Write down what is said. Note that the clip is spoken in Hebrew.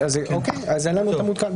--- אין לנו את המעודכן.